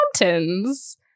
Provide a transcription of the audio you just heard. mountains